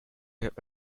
have